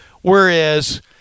whereas